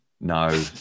No